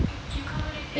orh